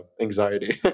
anxiety